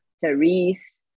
Therese